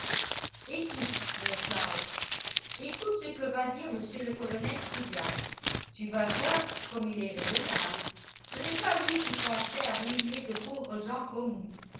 écoute mon claus écoute ce que va dire mr le colonel fougas tu vas voir comme il est raisonnable ce n'est pas lui qui penserait à ruiner de pauvres gens comme nous